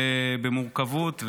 במורכבות,